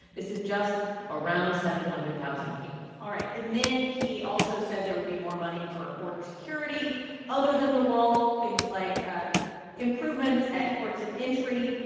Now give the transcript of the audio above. this is just around seven hundred thousand people all right. and then he also said there would be more money for border security other than the wall, things like ah improvements at ports of entry,